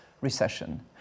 recession